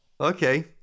okay